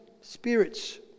spirits